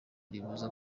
ribuza